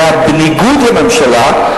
זה היה בניגוד לממשלה,